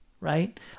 Right